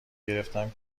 گرفتم